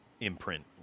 imprint